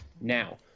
Now